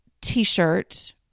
t-shirt